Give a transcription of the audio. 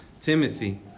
Timothy